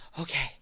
okay